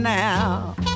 now